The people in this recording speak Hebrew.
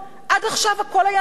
עד עכשיו הכול היה נפלא,